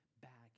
back